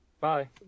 Bye